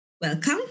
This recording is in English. Welcome